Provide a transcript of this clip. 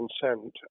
consent